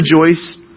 rejoice